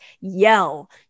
yell